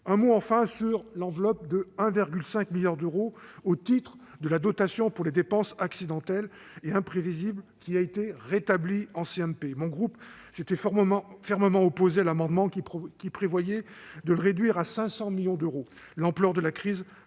un mot de l'enveloppe de 1,5 milliard d'euros au titre de la dotation pour les dépenses accidentelles et imprévisibles, qui a été rétablie en CMP. Le groupe RDPI s'était fermement opposé à l'amendement qui visait à la réduire à 500 millions d'euros. L'ampleur de la crise justifie